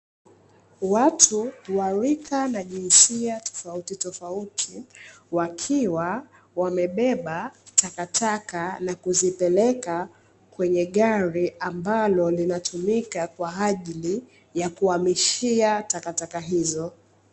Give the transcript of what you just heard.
Watu wa rika na jinsia tofautitofauti, wakiwa wamebeba takataka na kuzipeleka kwenye gari, ambalo linatumika kwa ajili ya kuhamishia takataka hizo.